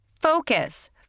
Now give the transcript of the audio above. Focus